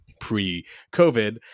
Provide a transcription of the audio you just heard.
pre-COVID